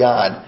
God